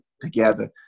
together